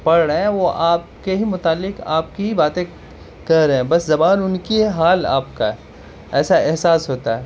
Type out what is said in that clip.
پڑھ رہے ہیں وہ آپ کے ہی متعلق آپ کی ہی باتیں کر رہے ہیں بس زبان ان کی ہے حال آپ کا ہے ایسا احساس ہوتا ہے